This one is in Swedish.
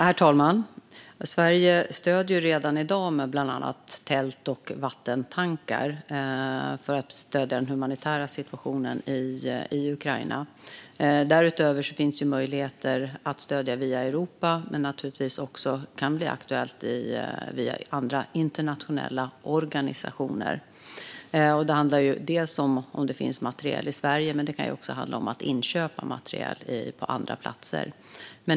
Herr talman! Sverige ger stöd redan i dag med bland annat tält och vattentankar för att förbättra den humanitära situationen i Ukraina. Därutöver finns möjligheter att stödja via Europa, men naturligtvis kan det också bli aktuellt via andra internationella organisationer. Det kan handla om att det finns materiel i Sverige, men det kan också handla om att inköpa materiel på andra platser.